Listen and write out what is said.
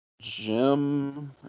Jim